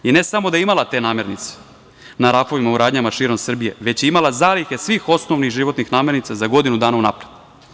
I ne samo da je imala te namirnice na rafovima u radnjama širom Srbije, već je imala zalihe svih osnovnih životnih namirnica za godinu dana unapred.